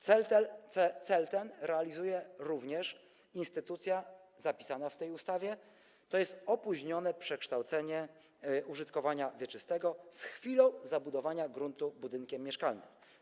Cel ten realizuje również instytucja zapisana w tej ustawie, tj. opóźnione przekształcenie użytkowania wieczystego z chwilą zabudowania gruntu budynkiem mieszkalnym.